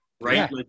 right